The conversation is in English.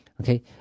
okay